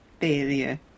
Failure